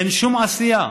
אין שום עשייה.